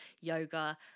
yoga